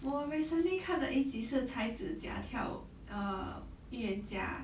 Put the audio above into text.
我 recently 看的一几次才之教条 err 预言家